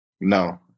No